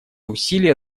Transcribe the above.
усилия